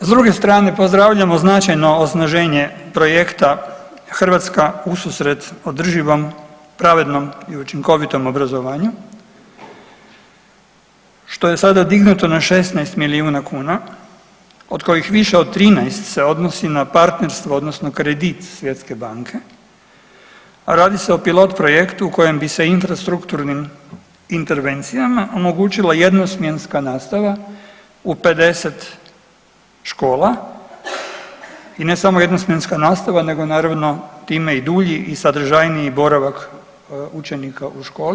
S druge strane pozdravljamo značajno osnaženje projekta „Hrvatska ususret održivom, pravednom i učinkovitom obrazovanju“, što je sada dignuto na 16 milijuna kuna od kojih više od 13 se odnosi na partnerstvo odnosno kredit svjetske banke, a radi se o pilot projektu kojim bi se infrastrukturnim intervencijama omogućila jedno smjenska nastava u 50 škola i ne samo jedno smjenska nastava nego naravno time i dulji i sadržajniji boravak učenika u školi.